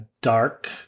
dark